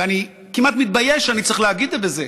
ואני כמעט מתבייש שאני צריך להגיד את זה,